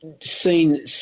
Seen